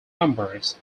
numbers